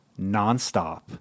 nonstop